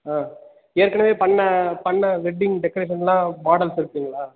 ஆ ஏற்கனவே பண்ண பண்ண வெட்டிங் டெக்கரேஷன் எல்லாம் மாடல்ஸ் இருக்குங்களா